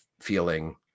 feeling